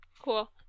Cool